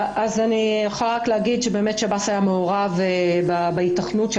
אני יכולה לומר שבאמת שירות בתי הסוהר היה מעורב בהיתכנות של